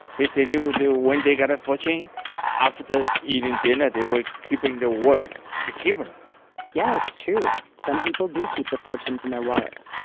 they say they will do, when they get a fortune after eating dinner, they will keeping the words. they keep them yeah, it's true. some people do keep the fortunes in their wallets.